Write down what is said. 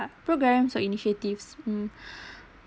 programs or initiatives mm